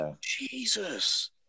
Jesus